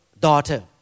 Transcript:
daughter